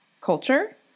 culture